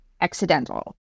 accidental